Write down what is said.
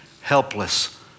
helpless